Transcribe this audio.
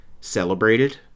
celebrated